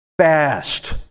fast